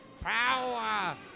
Power